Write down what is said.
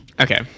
Okay